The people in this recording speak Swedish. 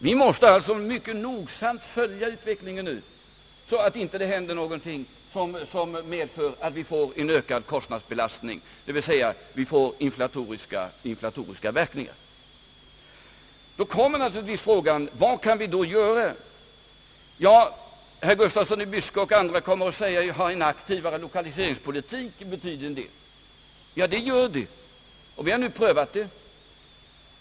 Vi måste alltså nu mycket noggrant följa kostnadsutvecklingen, så att ingenting händer som medför att vi får en ökad kostnadsbelastning, dvs. inflatoriska verkningar. Då kommer naturligtvis frågan: Vad kan vi göra? Herr Gustafsson i Byske och andra kommer att säga, att en aktivare lokaliseringspolitik betyder en del. Ja, det gör den, och vi har nu prövat den metoden.